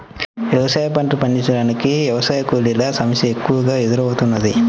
వ్యవసాయ పంటలు పండించటానికి వ్యవసాయ కూలీల సమస్య ఎక్కువగా ఎదురౌతున్నది